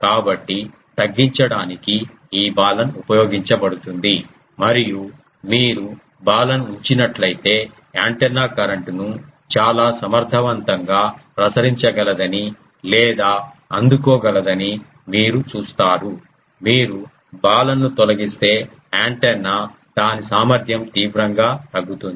కాబట్టి తగ్గించడానికి ఈ బాలన్ ఉపయోగించబడుతుంది మరియు మీరు బాలన్ ఉంచినట్లయితే యాంటెన్నా కరెంట్ను చాలా సమర్థవంతంగా ప్రసరించగలదని లేదా అందుకోగలదని మీరు చూస్తారు మీరు బాలన్ను తొలగిస్తే యాంటెన్నా దాని సామర్థ్యం తీవ్రంగా తగ్గుతుంది